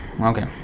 okay